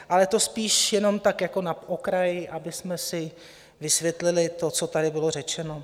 Ale to spíš jenom tak jako na okraj, abychom si vysvětlili to, co tady bylo řečeno.